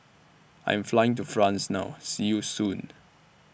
I Am Flying to France now See YOU Soon